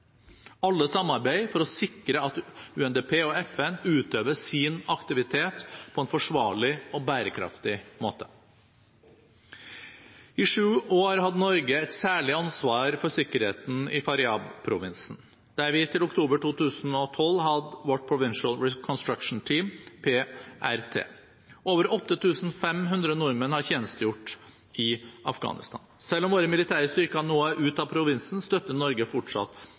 alle samarbeide for å sikre at UNDP og FN utøver sin aktivitet på en forsvarlig og bærekraftig måte. I sju år hadde Norge et særlig ansvar for sikkerheten i Faryab-provinsen, der vi til oktober 2012 hadde vårt Provincial Reconstruction Team, PRT. Over 8 500 nordmenn har tjenestegjort i Afghanistan. Selv om våre militære styrker nå er ute av provinsen, støtter Norge fortsatt